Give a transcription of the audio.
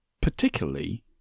particularly